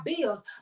bills